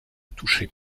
touchés